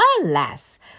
Alas